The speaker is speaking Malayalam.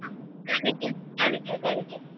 ആ കാണിക്കാം കാണിക്കാം കാണിക്കാം